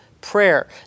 prayer